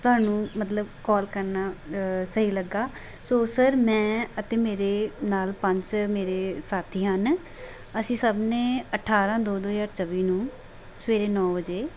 ਤੁਹਾਨੂੰ ਮਤਲਬ ਕੋਲ ਕਰਨਾ ਸਹੀ ਲੱਗਾ ਸੋ ਸਰ ਮੈਂ ਅਤੇ ਮੇਰੇ ਨਾਲ ਪੰਜ ਮੇਰੇ ਸਾਥੀ ਹਨ ਅਸੀਂ ਸਭ ਨੇ ਅਠਾਰਾਂ ਦੋ ਦੋ ਹਜ਼ਾਰ ਚੌਵੀ ਨੂੰ ਸਵੇਰੇ ਨੌ ਵਜੇ